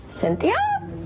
Cynthia